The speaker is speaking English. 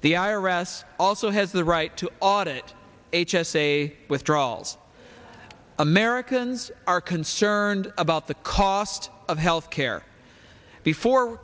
the i r s also has the right to audit h s a withdrawals americans are concerned about the cost of health care before